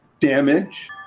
damage